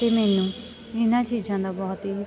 ਅਤੇ ਮੈਨੂੰ ਇਹਨਾਂ ਚੀਜ਼ਾਂ ਦਾ ਬਹੁਤ ਹੀ